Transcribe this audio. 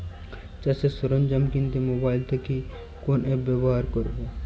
চাষের সরঞ্জাম কিনতে মোবাইল থেকে কোন অ্যাপ ব্যাবহার করব?